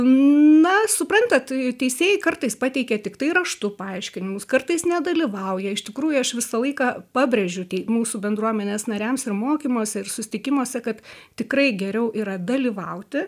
na suprantat teisėjai kartais pateikia tiktai raštu paaiškinimus kartais nedalyvauja iš tikrųjų aš visą laiką pabrėžiu tai mūsų bendruomenės nariams ir mokymuose ir susitikimuose kad tikrai geriau yra dalyvauti